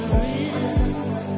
ribs